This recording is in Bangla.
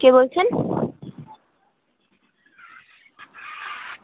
কে বলছেন